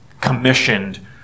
commissioned